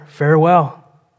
farewell